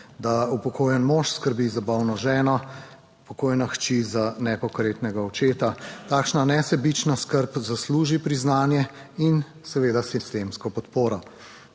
da upokojen mož skrbi za bolno ženo, pokojna hči za nepokretnega očeta. Takšna nesebična skrb zasluži priznanje in seveda sistemsko podporo.